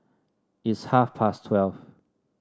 its half past twelve